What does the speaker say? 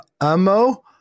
ammo